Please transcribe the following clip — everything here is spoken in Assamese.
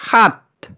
সাত